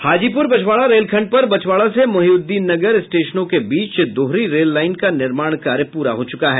Hajipur Bachhwara rail खंड पर बछवाड़ा से मोहिउद्दीननगर स्टेशनों के बीच दोहरी रेल लाईन का निर्माण कार्य पूरा हो चुका है